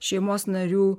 šeimos narių